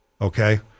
Okay